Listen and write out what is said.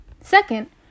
Second